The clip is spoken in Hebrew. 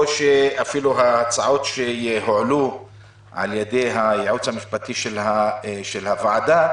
אפילו ההצעות שהועלו על ידי הייעוץ המשפטי של הוועדה,